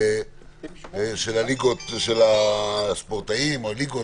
של האימונים בליגות הכדורסל והכדורגל,